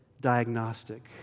diagnostic